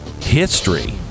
history